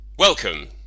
Welcome